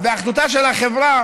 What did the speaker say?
ואחדותה של החברה